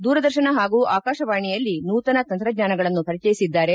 ದೂರದರ್ಶನ ಹಾಗೂ ಆಕಾಶವಾಣಿಯ ನೂತನ ತಂತ್ರಜ್ಞಾನಗಳನ್ನು ಪರಿಚಯಿಸಿದ್ದಾರೆ